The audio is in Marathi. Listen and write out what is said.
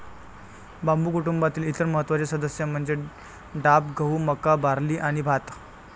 बांबू कुटुंबातील इतर महत्त्वाचे सदस्य म्हणजे डाब, गहू, मका, बार्ली आणि भात